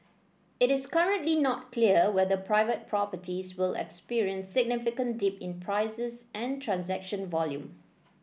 it is currently not clear whether private properties will experience significant dip in prices and transaction volume